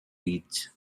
beach